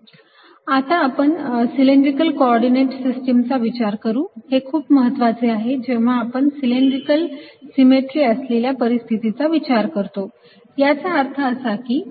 dVdxdydz आता आपण cylindrical coordinate system चा विचार करू हे खूप महत्त्वाचे आहे जेव्हा आपण सिलेंड्रिकल सिमेट्री असलेल्या परिस्थितीचा विचार करतो याचा अर्थ असा की